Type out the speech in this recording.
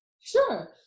Sure